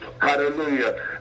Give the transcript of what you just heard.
hallelujah